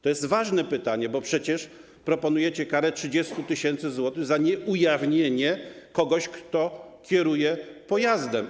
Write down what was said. To jest ważne pytanie, bo przecież proponujecie karę 30 tys. zł za nieujawnienie kogoś, kto kieruje pojazdem.